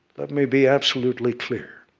let me be absolutely clear.